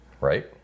Right